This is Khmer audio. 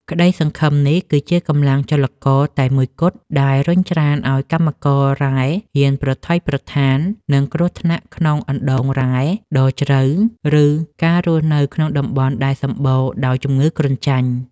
ក្តីសង្ឃឹមនេះគឺជាកម្លាំងចលករតែមួយគត់ដែលរុញច្រានឱ្យកម្មកររ៉ែហ៊ានប្រថុយប្រថាននឹងគ្រោះថ្នាក់ក្នុងអណ្តូងរ៉ែដ៏ជ្រៅ ឬការរស់នៅក្នុងតំបន់ដែលសម្បូរដោយជំងឺគ្រុនចាញ់។